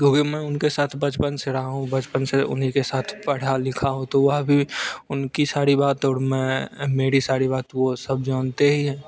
क्योंकि मैं उनके साथ बचपन से रहा हूँ बचपन से उन्हीं के साथ पढ़ा लिखा हूँ तो वह भी उनकी सारी बात और मैं मेरी सारी बात वह सब जानते ही हैं